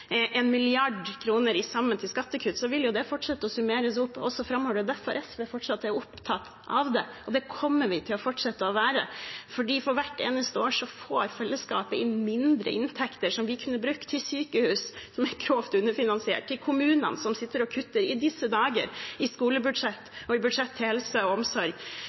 en milliard kroner til sammen i skattekutt – vil det fortsette å summeres opp også framover. Det er derfor SV fortsatt er opptatt av det. Det kommer vi til å fortsette å være, fordi for hvert eneste år får fellesskapet inn mindre i inntekter, som vi kunne ha brukt til sykehus som er grovt underfinansiert, og til kommunene som i disse dager sitter og kutter i skolebudsjett og i budsjett til helse og omsorg.